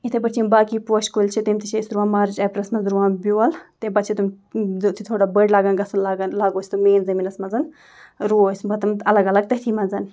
یِتھَے پٲٹھۍ چھِ یِم باقٕے پوشہِ کُلۍ چھِ تِم تہِ چھِ أسۍ رُوان مارٕچ اپریلَس منٛز رُوان بیول تَمہِ پَتہٕ چھِ تِم یُتھٕے تھوڑا بٔڑۍ لاگان گژھُن لاگان لاگَو أسۍ تِم مین زٔمیٖنَس منٛز رُوَو أسۍ وۄنۍ تِم الگ الگ تٔتھی منٛز